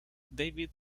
david